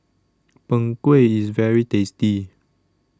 Png Kueh IS very tasty